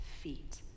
feet